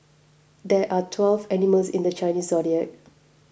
there are twelve animals in the Chinese zodiac